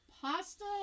Pasta